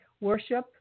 worship